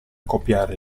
copiare